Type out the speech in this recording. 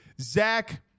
Zach